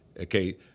Okay